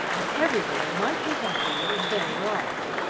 and everybody might be happier and better off.